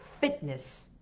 fitness